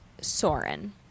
Soren